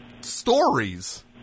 stories